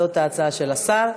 זאת ההצעה של השר.